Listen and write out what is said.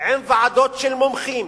עם ועדות של מומחים